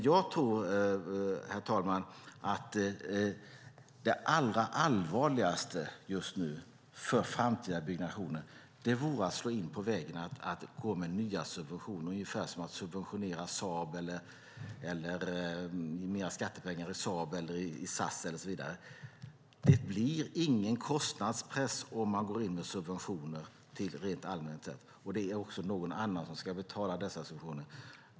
Jag tror att det allra allvarligaste just nu för framtida byggnationer vore att slå in på vägen med nya subventioner - ungefär som att subventionera Saab eller SAS. Det blir ingen kostnadspress om man går in med subventioner. Det är också andra som ska betala dessa subventioner.